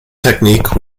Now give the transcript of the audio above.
technique